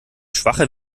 schwache